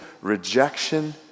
rejection